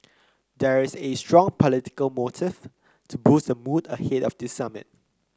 there is a strong political motive to boost the mood ahead of the summit